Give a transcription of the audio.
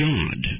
God